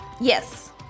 Yes